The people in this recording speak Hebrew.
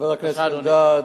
השר,